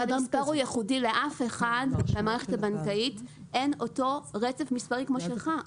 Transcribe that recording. לאף אחד במערכת הבנקאית אין אותו רצף מספרים כמו שלך.